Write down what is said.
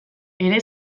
ere